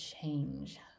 change